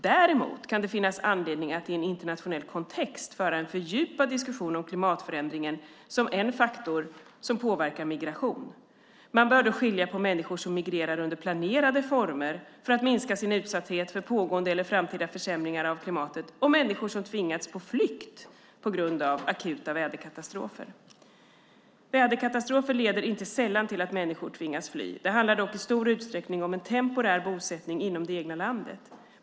Däremot kan det finnas anledning att i en internationell kontext föra en fördjupad diskussion om klimatförändringen som en faktor som påverkar migration. Man bör då skilja på människor som migrerar under planerade former för att minska sin utsatthet för pågående eller framtida försämringar av klimatet och människor som tvingas på flykt på grund av akuta väderkatastrofer. Väderkatastrofer leder inte sällan till att människor tvingas fly. Det handlar dock i stor utsträckning om en temporär bosättning inom det egna landet.